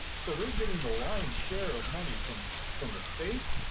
so they're getting the lion's share of money from so from the state,